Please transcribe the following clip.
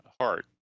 heart